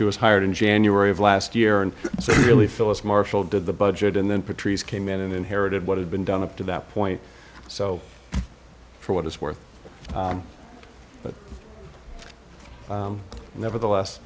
she was hired in january of last year and so you really feel as marshall did the budget and then patrice came in and inherited what had been done up to that point so for what it's worth but nevertheless